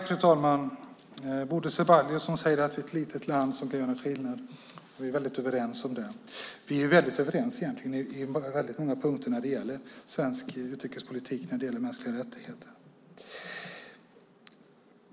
Fru talman! Bodil Ceballos säger att vi är ett litet land som kan göra skillnad. Vi är överens om det. Vi är egentligen överens på många punkter i svensk utrikespolitik när det gäller mänskliga rättigheter.